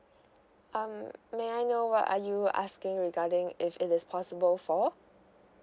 um may I know what are you asking regarding if it is possible for